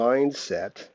Mindset